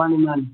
ꯃꯥꯅꯤ ꯃꯥꯅꯤ